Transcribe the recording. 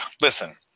listen